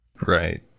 Right